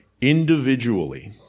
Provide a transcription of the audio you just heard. individually